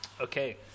Okay